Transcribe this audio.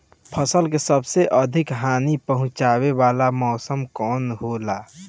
फसल के सबसे अधिक हानि पहुंचाने वाला मौसम कौन हो ला?